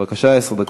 בבקשה, עשר דקות.